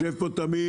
יושב פה תמיר,